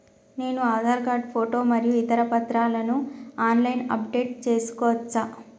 నేను Aadhaar card photo మరియు ఇతర పత్రాలను ఆన్ లైన్ అప్ డెట్ చేసుకోవచ్చా?